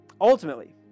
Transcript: Ultimately